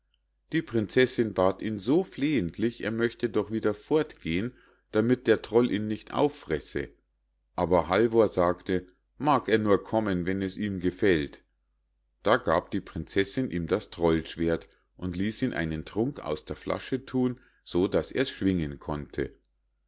die prinzessinn bat ihn so flehentlich er möchte doch wieder fortgehen damit der troll ihn nicht auffresse aber halvor sagte mag er nur kommen wenn es ihm gefällt da gab die prinzessinn ihm das trollschwert und ließ ihn einen trunk aus der flasche thun so daß er's schwingen konnte